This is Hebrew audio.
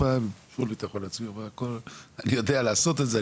יש לו בטחון עצמו והוא אומר: "אני יודע לעשות את זה,